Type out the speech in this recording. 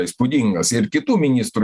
įspūdingas ir kitų ministrų